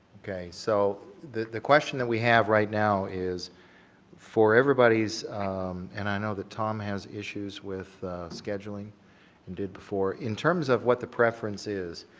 okay, so the question that we have right now is for everybody's and i know that tom has issues with scheduling and did before. in terms of what the preference is